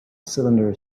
cylinder